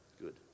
good